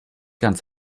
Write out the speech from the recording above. ganz